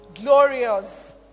Glorious